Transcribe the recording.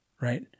Right